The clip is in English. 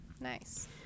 Nice